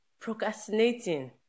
Procrastinating